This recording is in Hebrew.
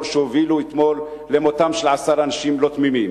שהובילו אתמול למותם של עשרה אנשים לא תמימים,